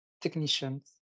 technicians